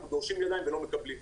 אנחנו דורשים ידיים אבל לא מקבלים.